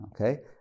Okay